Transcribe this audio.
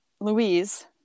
Louise